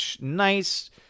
nice